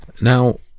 now